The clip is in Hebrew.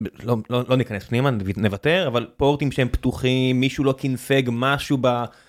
לא ניכנס פנימה נוותר אבל פורטים שהם פתוחים מישהו לא קינפג משהו.